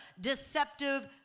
deceptive